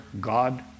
God